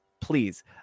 Please